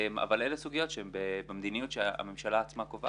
אבל אלה סוגיות שהן במדיניות שהממשלה עצמה קובעת.